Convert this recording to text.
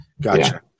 gotcha